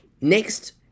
Next